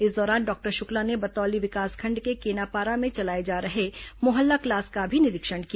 इस दौरान डॉक्टर शुक्ला ने बतौली विकासखंड के केनापारा में चलाए जा रहे मोहल्ला क्लास का भी निरीक्षण किया